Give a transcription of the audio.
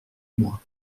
moi